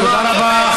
תודה רבה.